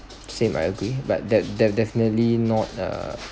same I agree but that that definitely not uh